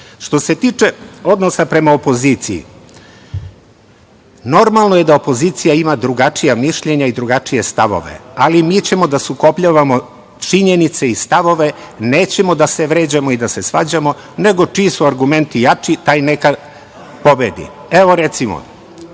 tim. Što se tiče odnosa prema opoziciji, normalno je da opozicija ima drugačija mišljenja i drugačije stavove, ali mi ćemo da sukobljavamo činjenice i stavove, nećemo da se vređamo i da se svađamo, nego čiji su argumenti jači, taj neka pobedi. Evo, recimo,